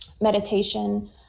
meditation